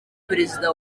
perezida